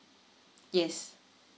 yes